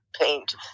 Paint